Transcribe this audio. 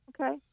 Okay